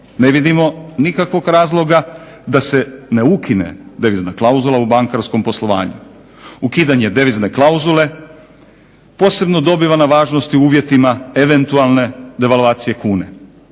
ne vidimo nikakvog razloga da se ne ukine devizna klauzula u bankarskom poslovanju. Ukidanje devizne klauzule posebno dobiva na važnosti u uvjetima eventualne devalvacije kune.